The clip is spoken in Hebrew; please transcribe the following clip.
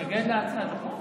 מתנגד להצעת החוק?